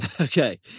Okay